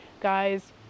guys